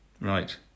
Right